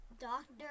Doctor